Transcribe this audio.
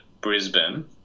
brisbane